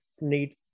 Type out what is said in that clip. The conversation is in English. need